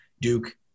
Duke